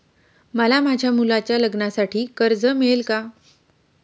मला माझ्या मुलाच्या लग्नासाठी कर्ज मिळेल का?